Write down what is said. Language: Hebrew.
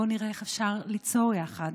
בואו נראה איך אפשר ליצור יחד.